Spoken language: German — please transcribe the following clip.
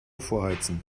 vorheizen